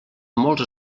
molts